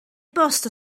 bost